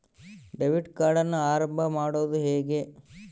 Debit ಕಾರ್ಡನ್ನು ಆರಂಭ ಮಾಡೋದು ಹೇಗೆ?